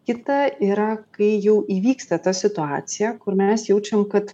kita yra kai jau įvyksta ta situacija kur mes jaučiam kad